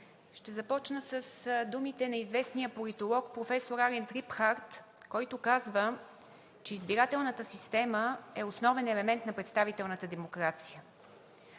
Ще започна с думите на известния политолог професор Аренд Лайпхарт, който казва, че избирателната система е основен елемент на представителната демокрация.